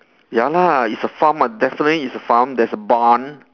ya lah it's a farm ah definitely it's a farm there's a barn